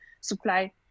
supply